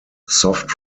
soft